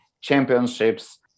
championships